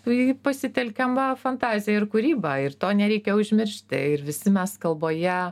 tai pasitelkiam fantaziją ir kūrybą ir to nereikia užmiršti ir visi mes kalboje